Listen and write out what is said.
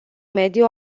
mediu